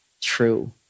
true